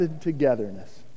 togetherness